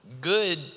Good